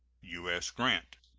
u s. grant.